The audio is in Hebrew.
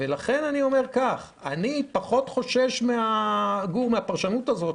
לכן אני אומר שאני פחות חושש מהפרשנות הזאת,